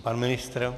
Pan ministr?